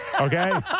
Okay